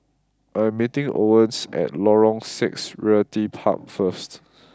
I am meeting Owens at Lorong Six Realty Park first